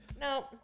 no